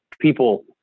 people